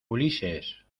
ulises